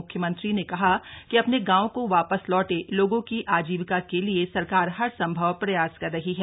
मुख्यमंत्री ने कहा कि अपने गांवों को वापस लौटे लोगों की आजीविका के लिए सरकार हर सम्भव प्रयास कर रही है